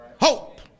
hope